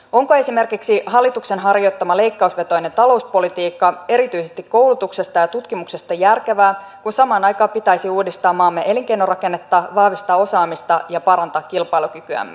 onko esimerkiksi hallituksen harjoittama leikkausvetoinen talouspolitiikka erityisesti koulutuksessa ja tutkimuksessa järkevää kun samaan aikaan pitäisi uudistaa maamme elinkeinorakennetta vahvistaa osaamista ja parantaa kilpailukykyämme